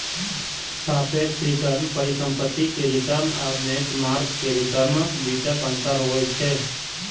सापेक्ष रिटर्न परिसंपत्ति के रिटर्न आ बेंचमार्क के रिटर्नक बीचक अंतर होइ छै